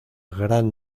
gran